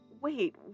wait